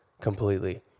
completely